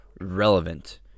relevant